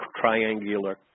triangular